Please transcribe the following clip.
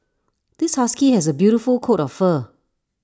this husky has A beautiful coat of fur